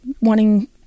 wanting